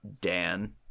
Dan